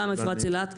גם מפרץ אילת.